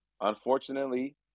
unfortunately